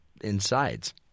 insides